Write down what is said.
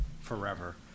forever